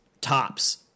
tops